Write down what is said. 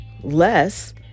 less